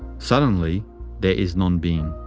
suddenly there is nonbeing.